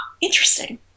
interesting